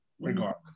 regardless